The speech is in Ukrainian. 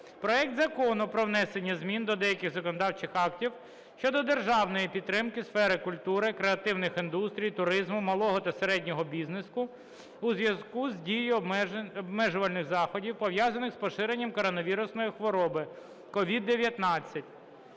проект Закону про внесення змін до деяких законодавчих актів щодо державної підтримки сфери культури, креативних індустрій, туризму малого та середнього бізнесу у зв'язку з дією обмежувальних заходів, пов'язаних з поширенням коронавірусної хвороби COVID-19